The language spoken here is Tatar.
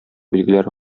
билгеләре